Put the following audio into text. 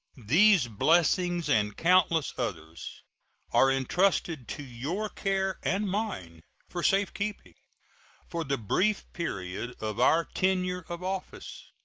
these blessings and countless others are intrusted to your care and mine for safe-keeping for the brief period of our tenure of office.